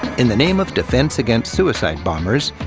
in the name of defense against suicide bombers,